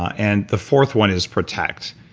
and the fourth one is protect.